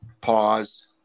pause